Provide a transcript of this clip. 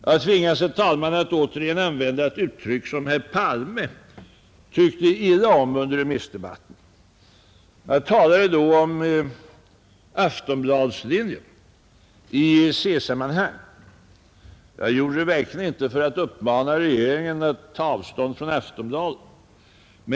Jag tvingas, herr talman, att återigen använda ett uttryck som herr Palme tyckte illa om under remissdebatten. Jag talade då om Aftonbladslinjen i EEC-sammanhang. Jag gjorde det verkligen inte för att uppmana regeringen att ta avstånd från Aftonbladet.